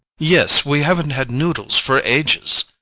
yes, we haven't had noodles for ages.